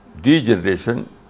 degeneration